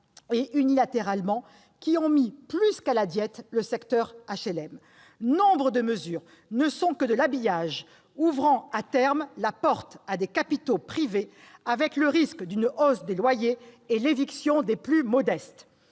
et unilatéralement, qui ont mis plus qu'à la diète le secteur HLM. Nombre de mesures ne sont que de l'habillage ouvrant à terme la porte à des capitaux privés avec le risque d'une hausse des loyers et l'éviction des plus modestes.